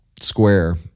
square